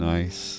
Nice